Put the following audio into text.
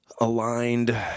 aligned